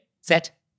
set